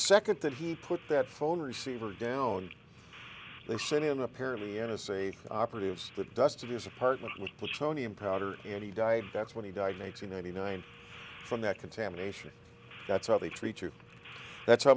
second that he put that phone receiver down they sent in apparently n s a operatives that dusted his apartment with plutonium powder and he died that's when he died nine hundred ninety nine from that contamination that's how they treat you that's how